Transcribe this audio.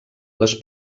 les